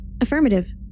Affirmative